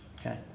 Okay